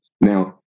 Now